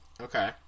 Okay